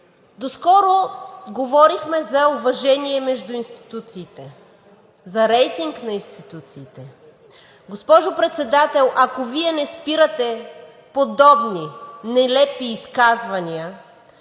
Доскоро говорихме за уважение между институциите, за рейтинг на институциите. Госпожо Председател, ако Вие не спирате подобни нелепи изказвания,